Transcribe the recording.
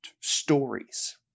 stories